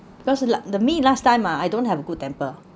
because la~ the me last time ah I don't have good temper